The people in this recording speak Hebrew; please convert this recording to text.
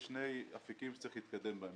יש שני אפיקים שצריך להתקדם בהם.